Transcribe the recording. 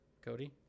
Cody